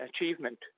achievement